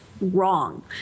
Wrong